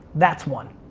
that's one.